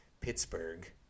Pittsburgh